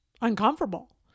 uncomfortable